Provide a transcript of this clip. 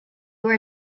were